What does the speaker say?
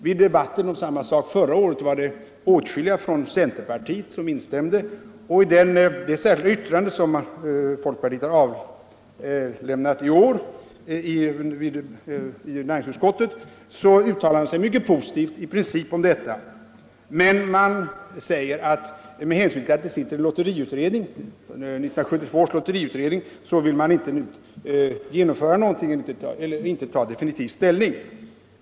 Vid debatten om samma sak förra året var det åtskilliga från folkpartiet som instämde. I det särskilda yttrande som folkpartiet har avlämnat i år i näringsutskottet uttalar man sig mycket positivt i princip om detta, men man säger att med hänsyn till att 1972 års lotteriutredning kommer att ta upp frågan så vill man inte nu ta definitiv ställning.